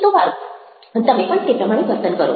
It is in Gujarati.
તો વારુ તમે પણ તે પ્રમાણે વર્તન કરો